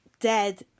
dead